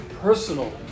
personal